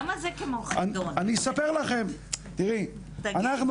הרי לא